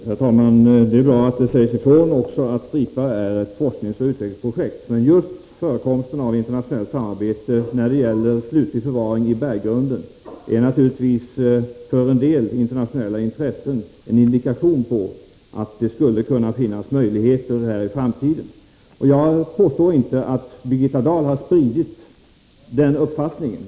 Herr talman! Det är bra att det också sägs ifrån att Stripa är ett forskningsoch utvecklingsprojekt. Men just förekomsten av internationellt samarbete när det gäller slutlig förvaring i berggrunden är naturligtvis för en del internationella intressen en indikation på att det skulle kunna finnas möjligheter till förvaring här i framtiden. Jag påstår inte att Birgitta Dahl spritt den uppfattningen.